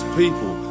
people